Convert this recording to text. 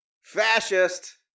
Fascist